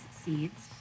seeds